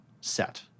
set